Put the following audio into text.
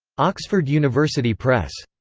oxford university press.